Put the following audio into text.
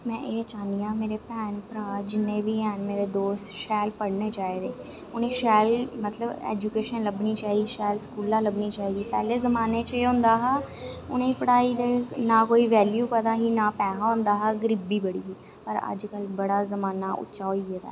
में एह् चाह्न्नी आं मेरे भैन भ्राऽ जिन्ने बी हैन मेरे दोस्त शैल पढ़ने चाहिदे उनेंगी शैल मतलब ऐजुकेशन लब्भनी चाहिदी शैल स्कूला लब्भनी चाहिदी पैहले जमाने च एह् होंदा हा उनेंगी पढ़ाई दी ना कोई वैल्यू पता ही ना पैहा होंदा हा गरीबी बड़ी ही पर अज्जकल बड़ा जमाना उच्चा होई गेदा ऐ